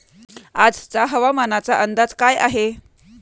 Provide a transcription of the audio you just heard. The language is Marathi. आजचा हवामानाचा अंदाज काय आहे?